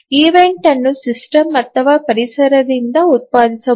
event ಅನ್ನು system ಅಥವಾ ಪರಿಸರದಿಂದ ಉತ್ಪಾದಿಸಬಹುದು